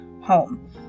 home